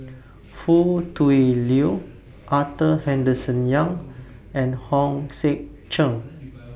Foo Tui Liew Arthur Henderson Young and Hong Sek Chern